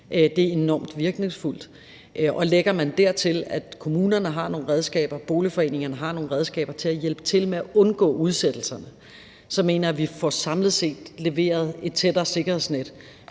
op, er enormt virkningsfuldt. Og lægger man dertil, at kommunerne har nogle redskaber og boligforeningerne har nogle redskaber til at hjælpe til med at undgå udsættelser, så mener jeg, at vi samlet set får leveret et mere tætmasket sikkerhedsnet